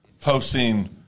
Posting